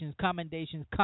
commendations